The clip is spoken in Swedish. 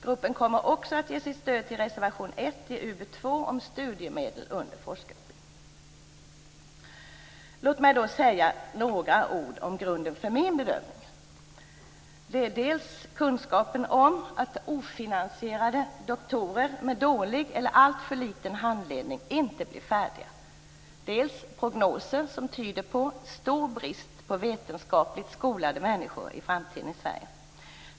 Gruppen kommer också att ge sitt stöd till reservation 1 i UbU2 om studiemedel under forskarutbildningen. Låt mig också säga några ord om grunden för min bedömning. Det är dels kunskapen om att ofinansierade doktorer med dålig eller alltför liten handledning inte blir färdiga, dels prognoser som tyder på stor brist på vetenskapligt skolade människor i framtiden i Sverige.